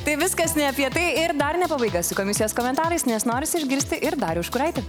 tai viskas ne apie tai ir dar ne pabaiga su komisijos komentarais nes norisi išgirsti ir darių užkuraitį